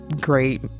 great